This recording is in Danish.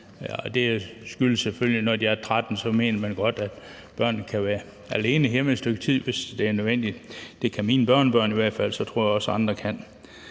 skyldes selvfølgelig, at når børnene er 13 år, så mener man godt, at de kan være alene hjemme i et stykke tid, hvis det er nødvendigt. Det kan i mine børnebørn i hvert fald, så det tror jeg også andre kan.